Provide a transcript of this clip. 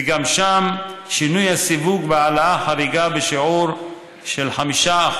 וגם שם שינוי הסיווג והעלאה חריגה בשיעור של 5%,